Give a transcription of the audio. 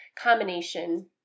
combination